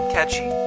Catchy